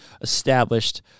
established